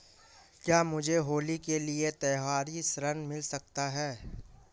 क्या मुझे होली के लिए त्यौहारी ऋण मिल सकता है?